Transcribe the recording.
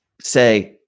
say